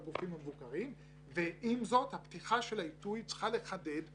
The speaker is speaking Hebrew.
הרבה פעמים הביקורת צריכה לכבד את אתגרי העתיד